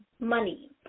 money